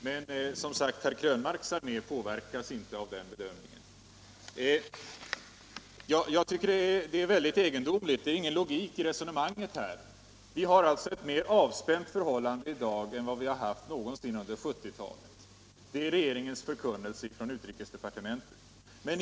Men herr Krönmarks armé påverkas som sagt inte av den bedömningen. Det är ingen logik i det här resonemanget. Vi har alltså ett mera avspänt förhållande i dag än vi haft någonsin under 1970-talet. Det är regeringens förkunnelse från utrikesdepartementet.